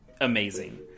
amazing